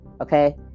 Okay